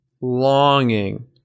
longing